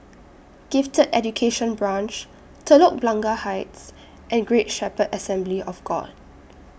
Gifted Education Branch Telok Blangah Heights and Great Shepherd Assembly of God